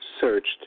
searched